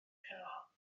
cynwal